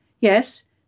yes